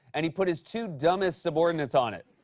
and he put his two dumbest subordinates on it.